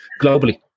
globally